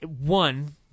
one